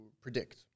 predict